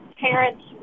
parents